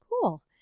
cool